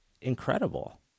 incredible